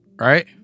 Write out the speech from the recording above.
right